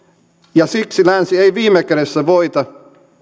ja siksi länsi ei viime kädessä voita